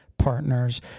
partners